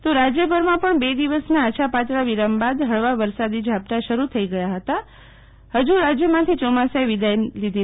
તો રાજ્યભરમાં પણ બે દિવસ નાં આછાપાતળા વિરામ બાદ હળવા વરસાદી ઝાપટા શરુ થઇ ગયા હતા હજુ રાજ્યમાંથી ચોમાસે વિદાય નથી લીધી